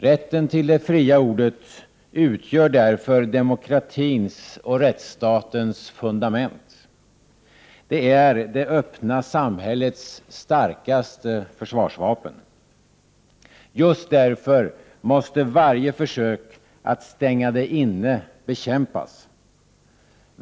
Rätten till det fria ordet utgör därför demokratins och rättsstatens fundament. Det är det öppna samhällets starkaste försvarsvapen. Just därför måste varje försök att stänga det inne bekämpas.